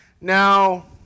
Now